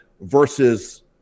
versus